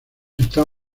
está